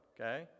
Okay